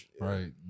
right